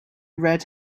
red